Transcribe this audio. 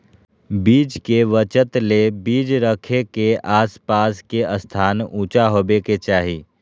बीज के बचत ले बीज रखे के आस पास के स्थान ऊंचा होबे के चाही